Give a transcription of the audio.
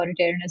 authoritarianism